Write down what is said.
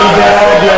מי בעד?